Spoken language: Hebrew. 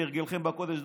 כי כהרגלכם בקודש,